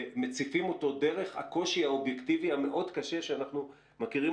ומציפים אותו דרך הקושי האובייקטיבי הקשה מאוד שאנחנו מכירים